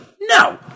no